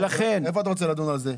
איפה אתה רוצה לדון על זה?